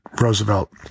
Roosevelt